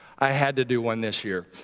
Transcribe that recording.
i had to do one this year.